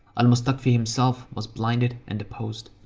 al-mustakfi himself was blinded and deposed.